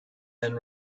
and